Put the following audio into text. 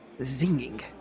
Zinging